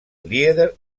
lieder